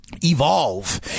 Evolve